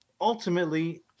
Ultimately